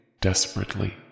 Desperately